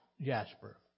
jasper